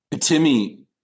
Timmy